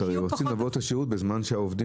אתם רוצים לתת את השירות בזמן שהעובדים